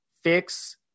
fix